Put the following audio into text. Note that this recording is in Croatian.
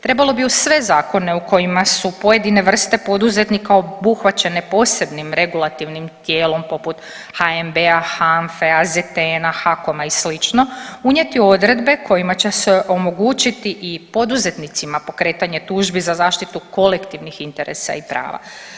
Trebalo bi u sve zakone u kojima su pojedine vrste poduzetnika obuhvaćene posebnim regulativnim tijelom poput HNB-a, HANFE, AZTN-a, HAKOM-a i slično, unijeti odredbe kojima će se omogućiti i poduzetnicima pokretanje tužbi za zaštitu kolektivnih interesa i prava.